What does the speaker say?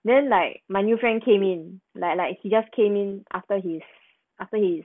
then like my new friend came in like like she just came in after he's after he